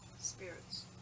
Spirits